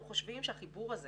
אנחנו חושבים שהחיבור הזה